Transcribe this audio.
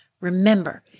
Remember